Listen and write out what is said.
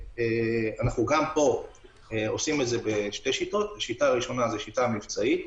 גם פה אנחנו עושים את זה בשתי שיטות: השיטה הראשונה היא שיטה מבצעית,